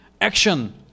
action